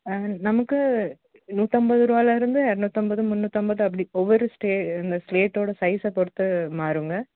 நமக்கு நூற்றம்பது ரூபாலேருந்து இரநூத்தம்பது முந்நூற்றம்பது அப்படி ஒவ்வொரு ஸ்டே இந்த ஸ்லேட்டோடய சைஸ்ஸை பொறுத்து மாறுங்க